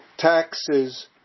Taxes